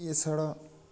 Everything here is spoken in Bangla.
এছাড়া